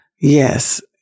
Yes